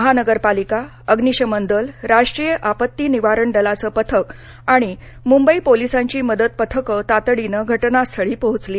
महानगरपालिका अग्नीशमन दल राष्ट्रीय आपत्ती निवारण दलाचं पथक आणि मुंबई पोलीसांची मदत पथकं तातडीनं घटनास्थळी पोहोचली